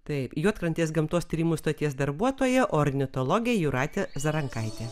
taip juodkrantės gamtos tyrimų stoties darbuotoja ornitologė jūratė zarankaitė